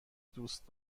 دوست